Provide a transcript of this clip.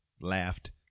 laughed